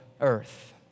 Earth